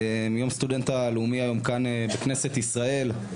יום הסטודנט הלאומי היום כאן בכנסת ישראל.